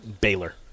Baylor